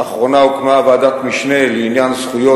לאחרונה הוקמה ועדת משנה לעניין זכויות